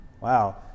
wow